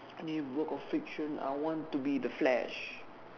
any work of fiction I want to be the flash